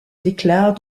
déclare